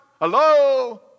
Hello